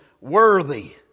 worthy